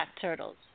turtles